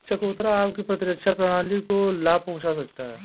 चकोतरा आपकी प्रतिरक्षा प्रणाली को लाभ पहुंचा सकता है